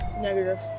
Negative